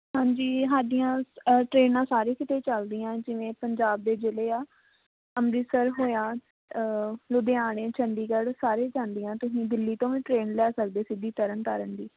ਹਾਂਜੀ ਸਾਡੀਆਂ ਟਰੇਨਾਂ ਸਾਰੇ ਕਿਤੇ ਚੱਲਦੀਆਂ ਜਿਵੇਂ ਪੰਜਾਬ ਦੇ ਜ਼ਿਲ੍ਹੇ ਆ ਅੰਮ੍ਰਿਤਸਰ ਹੋਇਆ ਲੁਧਿਆਣੇ ਚੰਡੀਗੜ੍ਹ ਸਾਰੇ ਜਾਂਦੀਆਂ ਤੁਸੀਂ ਦਿੱਲੀ ਤੋਂ ਵੀ ਟਰੇਨ ਲੈ ਸਕਦੇ ਸਿੱਧੀ ਤਰਨ ਤਾਰਨ ਦੀ